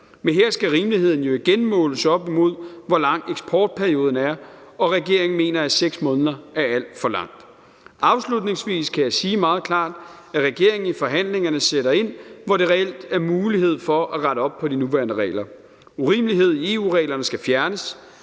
Men her skal rimeligheden jo igen måles op imod, hvor lang eksportperioden er, og regeringen mener, at 6 måneder er alt for lang tid. Afslutningsvis kan jeg sige meget klart, at regeringen i forhandlingerne sætter ind, hvor der reelt er mulighed for at rette op på de nuværende regler. Urimelighed i EU-reglerne skal fjernes